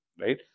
right